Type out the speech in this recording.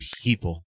people